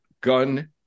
gun